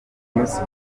simwiza